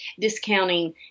discounting